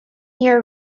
year